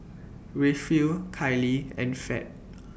Rayfield Kylee and Fed